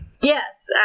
yes